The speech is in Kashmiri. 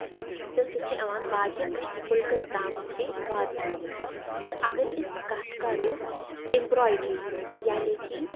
تہٕ سُہ چھِ یِوان باقٮ۪ن مُلکن تام تہِ واتناونہٕ تہٕ اَگر أسۍ کَتھ کَرو ایمبرایڈری ہِنز یعنی کہِ